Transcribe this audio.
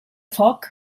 foc